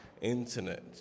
internet